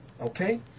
Okay